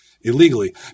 illegally